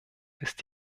ist